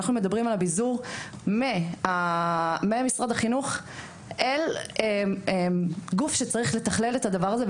אנחנו מדברים על הביזור ממשרד החינוך אל גוף שצריך לתכלל את הדבר הזה,